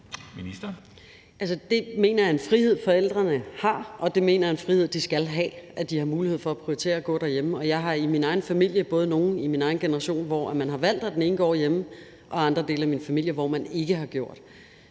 det mener jeg er en frihed, de skal have – at de har mulighed for at prioritere at gå derhjemme. Og jeg har i min egen familie både nogle i min egen generation, hvor man har valgt, at den ene går hjemme, og andre dele af min familie, hvor man ikke har gjort